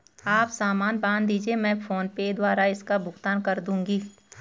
आप सामान बांध दीजिये, मैं फोन पे द्वारा इसका भुगतान कर दूंगी